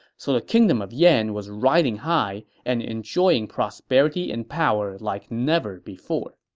so the kingdom of yan was riding high and enjoying prosperity and power like never before.